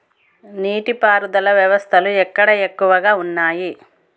నీటి పారుదల వ్యవస్థలు ఎక్కడ ఎక్కువగా ఉన్నాయి?